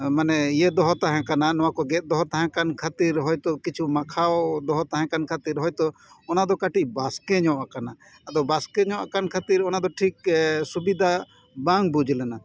ᱢᱟᱱᱮ ᱤᱭᱟᱹ ᱫᱚᱦᱚ ᱛᱟᱦᱮᱸ ᱠᱟᱱᱟ ᱱᱚᱶᱟ ᱠᱚ ᱜᱮᱫ ᱫᱚᱦᱚ ᱛᱟᱦᱮᱸ ᱠᱟᱱᱟ ᱠᱷᱟᱹᱛᱤᱨ ᱦᱚᱭᱛᱚ ᱠᱤᱪᱷᱩ ᱢᱟᱠᱷᱟᱣ ᱫᱚᱦᱚ ᱛᱟᱦᱮᱸ ᱠᱟᱱ ᱠᱷᱟᱹᱛᱤᱨ ᱦᱳᱭᱛᱚ ᱚᱱᱟᱫᱚ ᱠᱟᱹᱴᱤᱡ ᱵᱟᱥᱠᱮ ᱧᱚᱜ ᱠᱟᱱᱟ ᱟᱫᱚ ᱵᱟᱥᱠᱮ ᱧᱚᱜ ᱠᱟᱱ ᱠᱷᱟᱹᱛᱤᱨ ᱛᱮ ᱚᱱᱟᱫᱚ ᱴᱷᱤᱠ ᱥᱩᱵᱤᱫᱷᱟ ᱵᱟᱝ ᱵᱩᱡᱽ ᱞᱮᱱᱟ